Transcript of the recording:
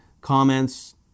comments